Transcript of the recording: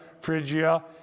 Phrygia